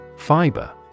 Fiber